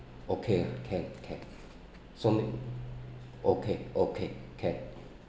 okay ah can can so may~ okay okay can